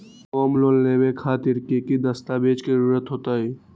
Home loan लेबे खातिर की की दस्तावेज के जरूरत होतई?